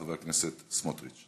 חבר הכנסת סמוטריץ.